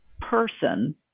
person